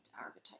archetype